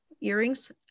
earrings